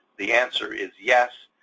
the answer is yes,